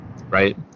right